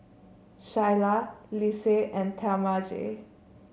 Shyla Lise and Talmage